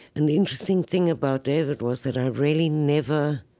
and the interesting thing about david was that i really never,